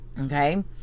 okay